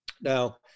Now